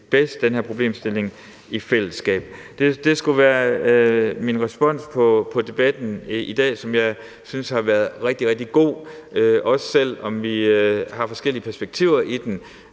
løser den her problemstilling i fællesskab. Det skulle være min respons på debatten i dag, som jeg synes har været rigtig, rigtig god, og selv om vi har forskellige perspektiver i den,